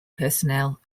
personnel